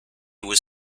was